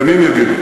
ימים יגידו.